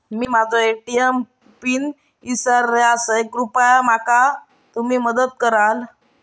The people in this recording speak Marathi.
मी माझो ए.टी.एम पिन इसरलो आसा कृपा करुन मदत करताल